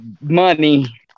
money